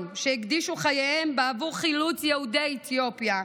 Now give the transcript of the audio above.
שהקדישו חייהם בעבור חילוץ יהודי אתיופיה,